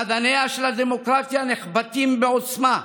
אדניה של הדמוקרטיה נחבטים בעוצמה,